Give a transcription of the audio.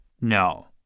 No